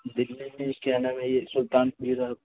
دہلی میں کیا نام ہے یہ سلطان پوری